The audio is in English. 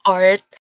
art